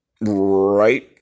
right